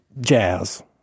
jazz